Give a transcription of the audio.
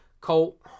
Colt